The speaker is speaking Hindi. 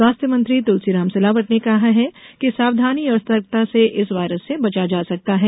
स्वास्थ्य मंत्री तुलसीराम सिलावट ने कहा है कि सावधानी और सतर्कता से इस वायरस से बचा जा सकता है